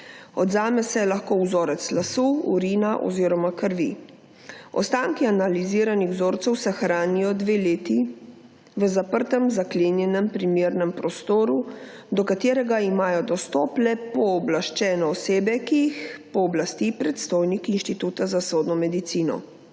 Odvzame se lahko vzorec lasu, urina oziroma krvi. Ostanki analiziranih vzorcev se hranijo dve leti v zaprtem, zaklenjenem primernem prostoru, do katerega imajo dostop le pooblaščene osebe, ki jih pooblasti predstojnik Inštituta za sodno medicino.